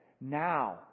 now